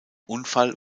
unfall